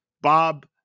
Bob